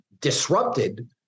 disrupted